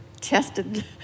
tested